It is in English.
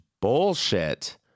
bullshit